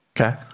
Okay